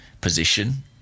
position